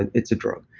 and it's a drug.